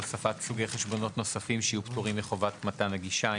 הוספת סוגי חשבונות נוספים שיהיו פטורים מחובת מתן הגישה,